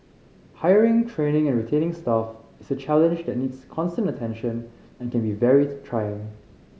hiring training and retaining staff is a challenge that needs constant attention and can be very trying